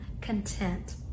content